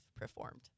performed